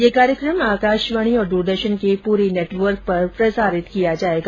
ये कार्यकम आकाशवाणी और दूरदर्शन के पूरे नेटवर्क पर प्रसारित किया जाएगा